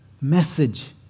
message